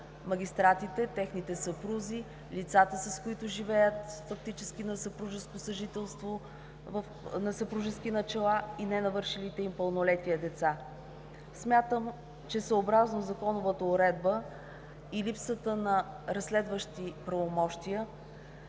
магистратите, техните съпрузи, лицата, с които живеят фактически на съпружеско съжителство, на съпружески начала и ненавършилите им пълнолетие деца. Смятам, че съобразно законовата уредба и липсата на разследващи правомощия